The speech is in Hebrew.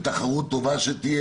שתהיה תחרות טובה.